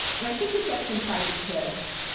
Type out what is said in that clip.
and i think it gets inside the kids.